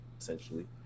essentially